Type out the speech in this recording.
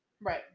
Right